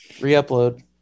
re-upload